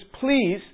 please